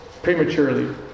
prematurely